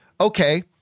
Okay